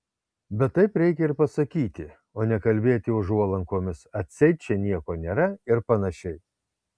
bet taip reikia ir pasakyti o ne kalbėti užuolankomis atseit čia nieko nėra ir panašiai